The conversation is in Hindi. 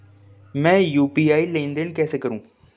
मैं यू.पी.आई लेनदेन कैसे करूँ?